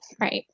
right